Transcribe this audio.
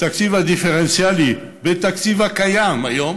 התקציב הדיפרנציאלי בתקציב הקיים היום